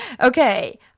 okay